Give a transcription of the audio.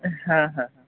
হ্যাঁ হ্যাঁ হ্যাঁ